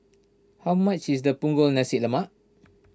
how much is the Punggol Nasi Lemak